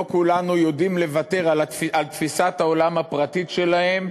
לא כולנו יודעים לוותר על תפיסת העולם הפרטית שלהם,